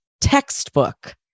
textbook